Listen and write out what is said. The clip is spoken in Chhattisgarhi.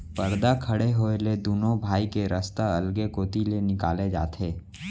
परदा खड़े होए ले दुनों भाई के रस्ता अलगे कोती ले निकाले जाथे